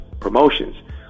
promotions